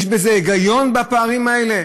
יש היגיון בפערים האלה?